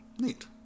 Neat